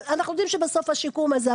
אנחנו יודעים שבסוף השיקום הזה,